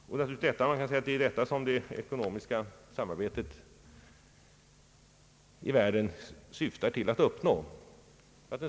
Det är naturligtvis detta som det ekonomiska samarbetet i världen syftar till att uppnå.